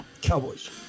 Cowboys